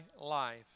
life